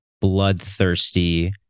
bloodthirsty